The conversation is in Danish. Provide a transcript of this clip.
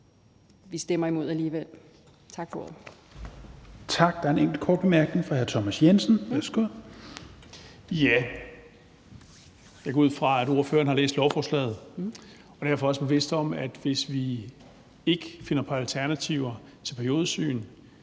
Vi stemmer imod alligevel. Tak for ordet.